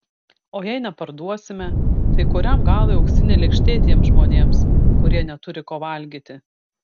o jei neparduosime tai kuriam galui auksinė lėkštė tiems žmonėms kurie neturi ko valgyti